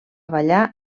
ballar